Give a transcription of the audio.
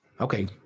Okay